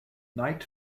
night